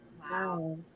Wow